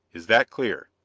is that clear?